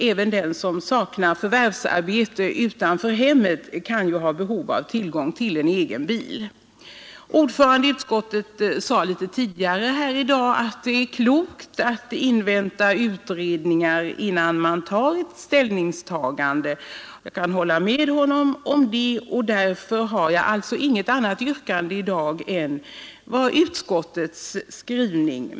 Även den som saknar förvärvsarbete utanför hemmet kan ju ha behov av egen bil. Ordföranden i utskottet sade litet tidigare under debatten att det är klokt att invänta utredningar innan man gör ett ställningstagande. Jag kan hålla med honom om det, och därför har jag inget annat yrkande i dag än det som utskottet föreslår.